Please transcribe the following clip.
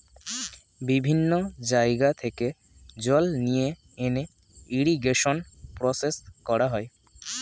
বিভিন্ন জায়গা থেকে জল নিয়ে এনে ইরিগেশন প্রসেস করা হয়